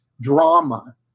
drama